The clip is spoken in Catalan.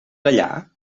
callar